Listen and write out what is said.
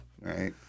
Right